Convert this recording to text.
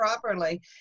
properly